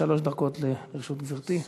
שלוש דקות לרשות גברתי.